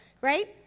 right